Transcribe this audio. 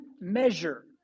measure